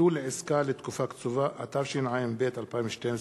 (ביטול עסקה לתקופה קצובה), התשע"ב 2012. תודה.